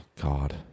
god